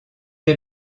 est